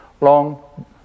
long